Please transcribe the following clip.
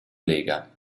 lega